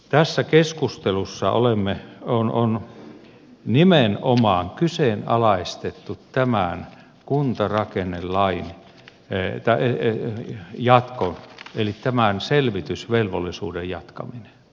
tässä keskustelussa on nimenomaan kyseenalaistettu tämän kuntarakennelain jatko eli tämän selvitysvelvollisuuden jatkaminen